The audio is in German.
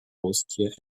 haustier